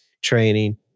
training